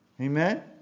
Amen